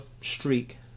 streak